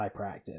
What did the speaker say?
hyperactive